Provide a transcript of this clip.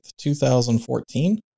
2014